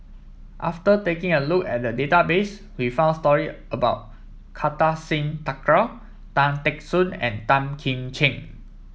after taking a look at the database we found story about Kartar Singh Thakral Tan Teck Soon and Tan Kim Ching